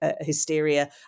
hysteria